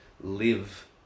live